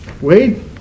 Wade